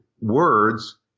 words